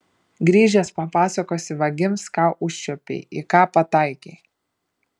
grįžęs papasakosi vagims ką užčiuopei į ką pataikei